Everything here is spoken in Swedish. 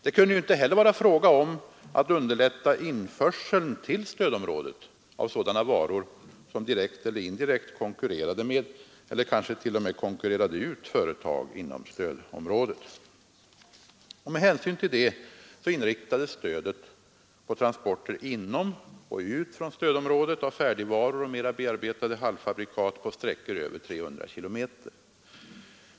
Det kunde inte heller vara fråga om att underlätta införseln till stödområdet av sådana varor som direkt eller indirekt konkurrerade med eller kanske t.o.m. konkurrerade ut företag inom stödområdet. Med hänsyn till det inriktades stödet på transporten inom och ut från stödområdet av färdigvaror och mera bearbetade halvfabrikat på sträckor över 300 km.